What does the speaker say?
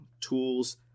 tools